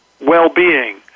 well-being